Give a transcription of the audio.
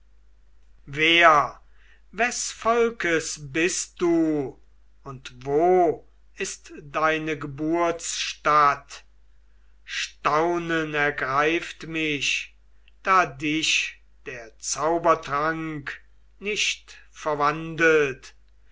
wer wes volkes bist du und wo ist deine geburtsstadt staunen ergreift mich da dich der zaubertrank nicht verwandelt